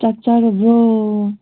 ꯆꯥꯛ ꯆꯥꯔꯕꯣ